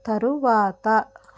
తరువాత